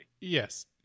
Yes